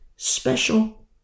special